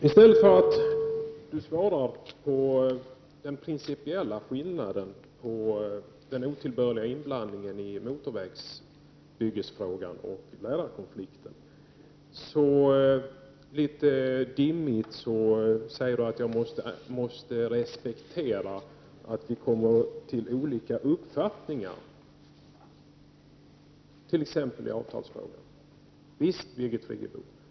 Fru talman! Jag vänder mig till Birgit Friggebo. I stället för att svara på frågan om den principiella skillnaden mellan den otillbörliga inblandningen i motorvägsfrågan och lärarkonflikten, säger hon litet dimmigt att jag måste respektera att vi kommer till olika uppfattningar t.ex. i avtalsfrågan. Visst, Birgit Friggebo.